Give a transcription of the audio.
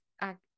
act